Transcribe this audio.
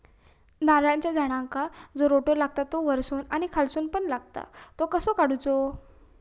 नारळाच्या झाडांका जो रोटो लागता तो वर्सून आणि खालसून पण लागता तो कसो काडूचो?